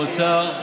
האוצר,